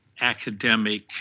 academic